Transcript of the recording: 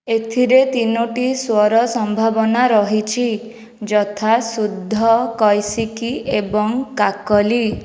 ଏଥିରେ ତିନୋଟି ସ୍ଵର ସମ୍ଭାବନା ରହିଛି ଯଥା ଶୁଦ୍ଧ କୈସିକି ଏବଂ କାକଲୀ